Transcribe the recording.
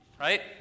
right